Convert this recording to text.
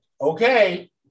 okay